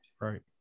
right